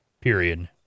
period